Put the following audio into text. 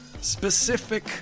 Specific